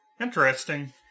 Interesting